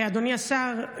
אדוני השר,